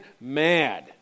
mad